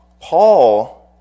Paul